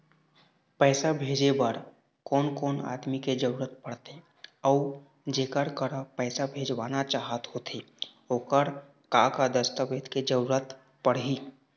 पैसा भेजे बार कोन कोन आदमी के जरूरत पड़ते अऊ जेकर करा पैसा भेजवाना चाहत होथे ओकर का का दस्तावेज के जरूरत पड़ही?